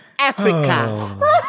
Africa